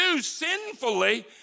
sinfully